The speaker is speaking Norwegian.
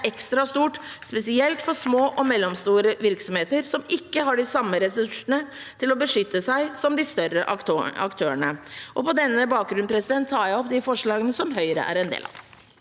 ekstra stort, spesielt for små og mellomstore virksomheter, som ikke har de samme ressursene til å beskytte seg som de større aktørene. På denne bakgrunn tar jeg opp de forslagene som Høyre er en del av.